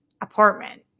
apartment